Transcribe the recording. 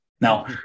Now